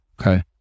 Okay